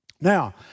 Now